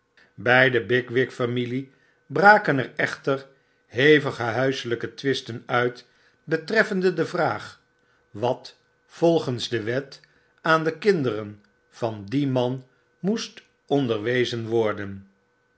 de bigwig familie braken er echter hevige huiselyke twisten uit betreffende de vraag wat volgens de wet aan de kinderen van dien man moest onderwezen worden